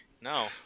No